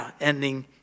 ending